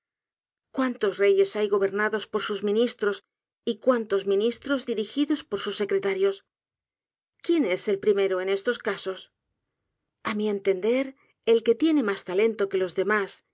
cuántos reyes hay gobernados por sus ministros y cuán'tos ministros dirigidos por sus secretarios quién es el primero en estos casos a mi entender el que tiene mas talento que los demás